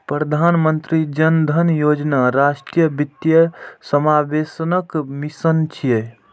प्रधानमंत्री जन धन योजना राष्ट्रीय वित्तीय समावेशनक मिशन छियै